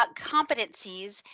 but competencies,